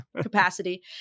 capacity